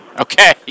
Okay